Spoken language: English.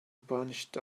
bunched